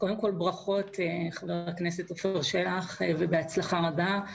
קודם כל, ברכות לחבר הכנסת עפר שלח ובהצלחה רבה.